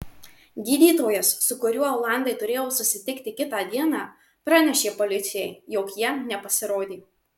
gydytojas su kuriuo olandai turėjo susitikti kitą dieną pranešė policijai jog jie nepasirodė